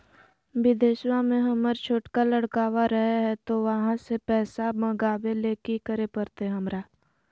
बिदेशवा में हमर छोटका लडकवा रहे हय तो वहाँ से पैसा मगाबे ले कि करे परते हमरा?